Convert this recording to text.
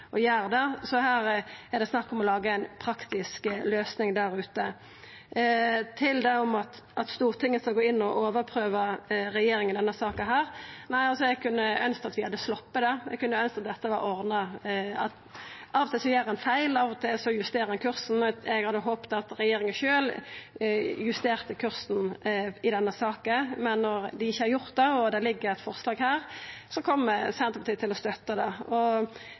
praktisk løysing der ute. Til det om at Stortinget skal gå inn og overprøva regjeringa i denne saka: Eg kunne ønskt at vi kunne ha sloppe det. Eg kunne ønskt at dette var ordna. Av og til gjer ein feil; av og til justerer ein kursen. Eg hadde håpt at regjeringa sjølv justerte kursen i denne saka, men når dei ikkje har gjort det, og det ligg eit forslag her, kjem Senterpartiet til å støtta det.